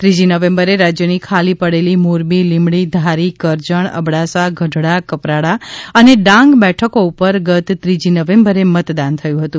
ત્રીજી નવેમ્બરે રાજ્યની ખાલી પડેલી મોરબી લીંબડી ધારી કરજણ અબડાસા ગઢડા કપરાડા અને ડાંગ બેઠકો ઉપર ગત ત્રીજી નવેમ્બરે મતદાન થયું હતુ